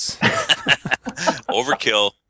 overkill